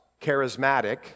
charismatic